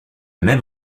même